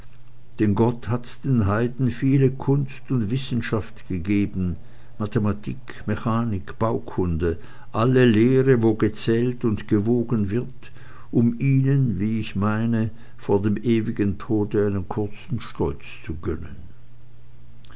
denn gott hat den heiden viele kunst und wissenschaft gegeben mathematik mechanik baukunde alle lehre wo gezählt und gewogen wird um ihnen wie ich meine vor dem ewigen tode einen kurzen stolz zu gönnen